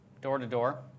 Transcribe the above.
Door-to-door